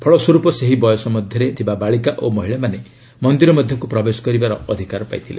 ଫଳସ୍ୱରୂପ ସେହି ବୟସ ମଧ୍ୟରେ ଥିବା ବାଳିକା ଓ ମହିଳାମାନେ ମନ୍ଦିର ମଧ୍ୟକୁ ପ୍ରବେଶ କରିବାର ଅଧିକାର ପାଇଥିଲେ